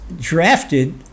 drafted